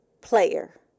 player